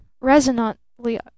resonantly